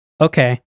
okay